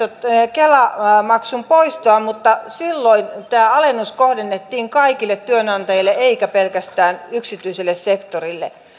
kela maksun poistoa mutta silloin tämä alennus kohdennettiin kaikille työnantajille eikä pelkästään yksityiselle sektorille